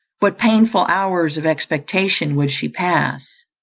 what painful hours of expectation would she pass!